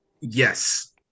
Yes